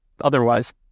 otherwise